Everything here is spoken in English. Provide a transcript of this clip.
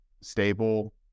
stable